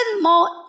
more